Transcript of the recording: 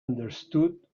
understood